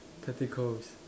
tacticals